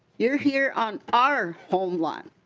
you are here on our homelands.